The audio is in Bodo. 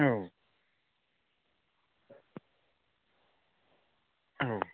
औ औ